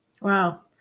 Wow